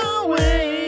away